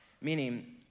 Meaning